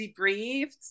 debriefed